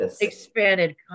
expanded